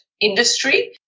Industry